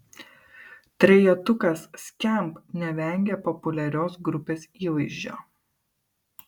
trejetukas skamp nevengia populiarios grupės įvaizdžio